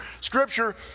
Scripture